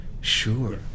Sure